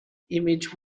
image